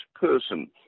person